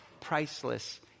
priceless